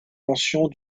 mentions